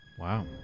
Wow